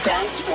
Dance